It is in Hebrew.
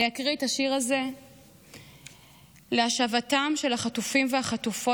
אני אקריא את השיר הזה להשבתם של החטופים והחטופות,